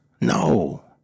No